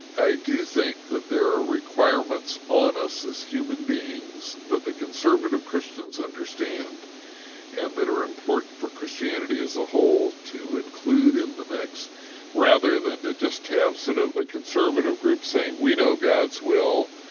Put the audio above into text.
i do think that there are requirements on us as human beings that the conservative christians understand and that are important for christianity as a whole to include in the mix rather than to just have sort of a conservative group saying, we know god's will,